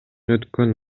өткөн